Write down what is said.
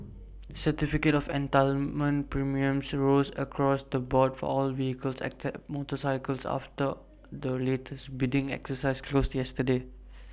certificate of entitlement premiums rose across the board for all vehicles except motorcycles after the latest bidding exercise closed yesterday